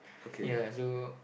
ya so